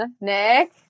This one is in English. Nick